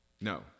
No